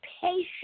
patient